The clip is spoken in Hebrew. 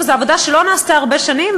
אבל זו עבודה שלא נעשתה הרבה שנים,